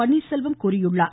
பன்னீர்செல்வம் தெரிவித்தார்